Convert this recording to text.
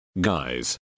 guys